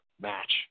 match